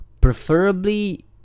preferably